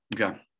Okay